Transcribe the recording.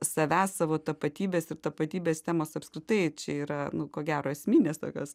savęs savo tapatybės ir tapatybės temos apskritai čia yra nu ko gero esminės tokios